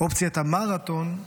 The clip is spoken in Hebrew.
אופציית המרתון,